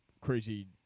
crazy